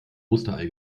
osterei